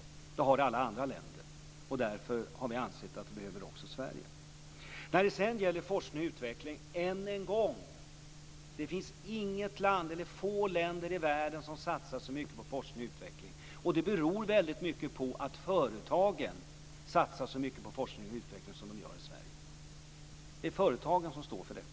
En sådan har alla andra länder, och därför har vi ansett att också Sverige behöver det. När det sedan gäller forskning och utveckling vill jag än en gång säga: Det finns få andra länder i världen som satsar så mycket på forskning och utveckling. Det beror väldigt mycket på att företagen i Sverige satsar så mycket på detta. Det är företagen som står för detta.